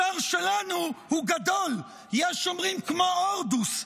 השר שלנו הוא גדול, יש שאומרים: כמו הורדוס.